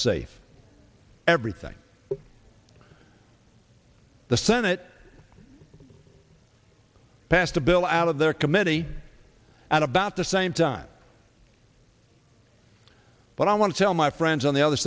safe everything the senate passed a bill out of their committee at about the same time but i want to tell my friends on the other